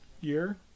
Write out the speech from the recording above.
year